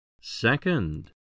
Second